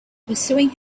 pursuing